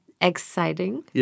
exciting